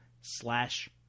slash